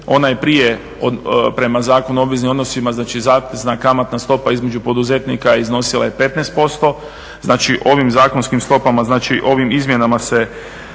Ona je prije prema Zakonu o obveznim odnosima, znači zatezna kamatna stopa između poduzetnika iznosila je 15%. Znači ovim zakonskim stopama, znači ovim izmjenama se